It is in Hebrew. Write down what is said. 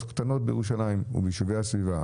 קטנות בירושלים וביישובי הסביבה.